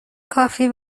کافی